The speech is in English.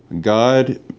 God